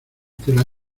tela